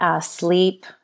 Sleep